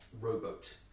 rowboat